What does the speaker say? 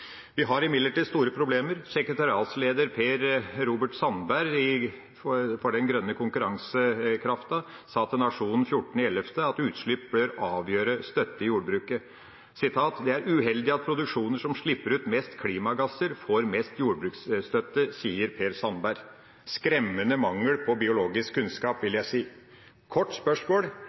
Vi har imidlertid store problemer. Sekretariatsleder for Grønn konkurransekraft, Per Robert Sandberg, sa til Nationen 14. november at utslipp bør avgjøre støtte til jordbruket: «Det er uheldig at produksjonar som slepp ut mest klimagassar får mest jordbruksstøtte.» Det viser en skremmende mangel på biologisk kunnskap, vil jeg si. Et kort spørsmål: